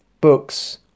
books